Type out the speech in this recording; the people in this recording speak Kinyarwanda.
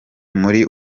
muri